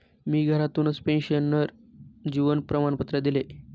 मी घरातूनच पेन्शनर जीवन प्रमाणपत्र दिले